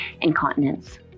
incontinence